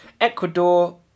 Ecuador